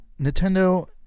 Nintendo